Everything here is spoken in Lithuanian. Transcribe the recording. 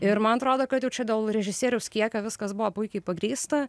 ir man atrodo kad jau čia dėl režisieriaus kiekio viskas buvo puikiai pagrįsta